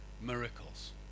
miracles